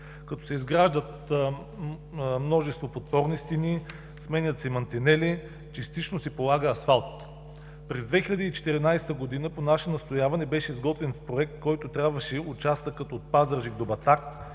като се изграждат множество подпорни стени, сменят се мантинели, частично се полага асфалт. През 2014 г., по наше настояване беше изготвен проект, с който трябваше участъкът от Пазарджик до Батак,